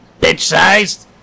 bitch-sized